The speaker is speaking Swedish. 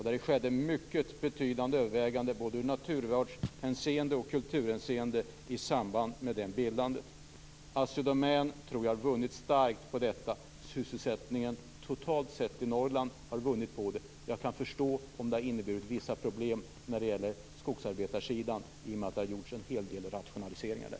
Det gjordes mycket ingående överväganden både i naturvårdshänseende och i kulturhänseende i samband med det bildandet. Jag tror att Assi Domän vunnit starkt på detta. Också sysselsättningen totalt sett i Norrland har vunnit på det. Jag kan förstå om det har inneburit vissa problem på skogsarbetarsidan genom att det har gjorts en hel del rationaliseringar där.